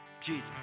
Jesus